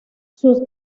sus